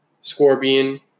Scorpion